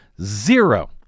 zero